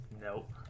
Nope